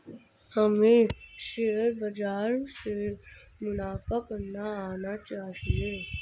हमें शेयर बाजार से मुनाफा करना आना चाहिए